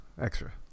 extra